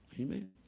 Amen